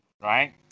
right